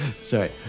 Sorry